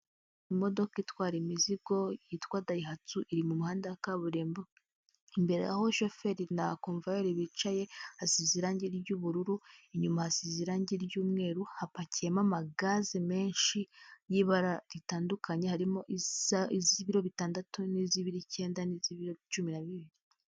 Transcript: Imodoka itwara imizigo yitwa dayihasu iri mu muhanda wa kaburimbo, imbere aho shoferi na komvuwayeri bicaye hasize irangi ry'ubururu, inyuma hasize irangi ry'umweru, hapakiyemo amagaze menshi y'ibara ritandukanye, harimo iz'ibiro bitandatu n'iz'biro icyenda n'iz'ibiro cumi na bibiri.